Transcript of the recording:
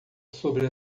sobre